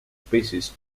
species